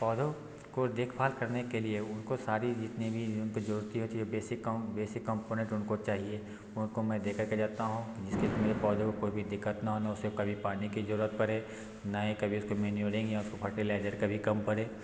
पौधों को देखभाल करने के लिए उनको सारी जितनी भी उनकी ज़रूरत चीज़ होती है बेसिक कम बेसिक कम्पोनेंट उनको चाहिए उनको मैं दे कर के जाता हूँ जिसके लिए मेरे पौधों को भी दिक्कत ना हो ना उसे कभी पानी की ज़रूरत पड़े ना ही कभी उसको कभी मेन्योरिंग या उसको फर्टिलाइजर कभी कम पड़े